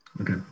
Okay